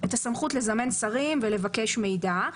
את הסמכות לזמן שרים ולבקש מידע.